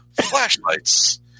flashlights